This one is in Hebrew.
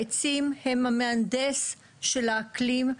העצים הם המהנדס של האקלים,